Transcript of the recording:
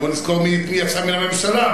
ובוא נזכור מי יצא מן הממשלה.